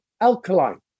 alkaline